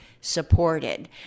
supported